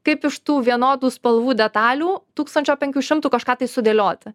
kaip iš tų vienodų spalvų detalių tūkstančio penkių šimtų kažką tai sudėlioti